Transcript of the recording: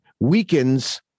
weakens